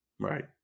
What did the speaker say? Right